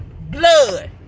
blood